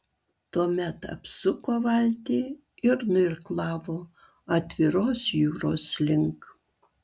tuomet apsuko valtį ir nuirklavo atviros jūros link